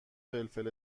فلفل